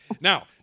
now